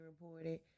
reported